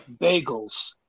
bagels